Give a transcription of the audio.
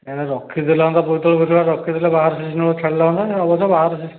ଏଇନେ ରଖିଦେଲେ ହୁଅନ୍ତା ବୋଇତାଳୁ ଫୋଇତାଳୁ ରା ରଖିଦେଲେ ବାହାର ସିଜିନ୍ରେ ଛାଡ଼ିଲେ ହୁଅନ୍ତାନି ଅବଶ୍ୟ ବାହାର ସିଜିନ୍